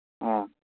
ꯑꯥ